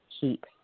keep